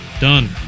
Done